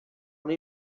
una